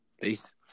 Peace